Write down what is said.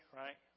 right